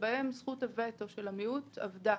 שבהם זכות הוטו של המיעוט עבדה.